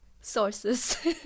sources